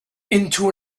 into